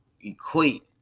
equate